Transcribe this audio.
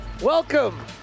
Welcome